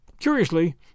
Curiously